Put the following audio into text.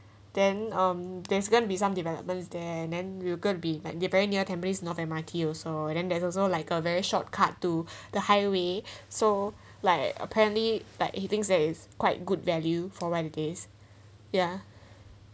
then um there's going to be some developments there and then we were going to be like very near tampines north M_R_T also and then there's also like a very shortcut to the highway so like apparently but he thinks there is quite good value for what it is ya